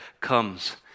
comes